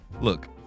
Look